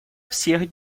всех